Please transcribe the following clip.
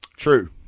True